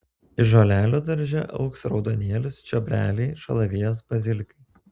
iš žolelių darže augs raudonėlis čiobreliai šalavijas bazilikai